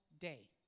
day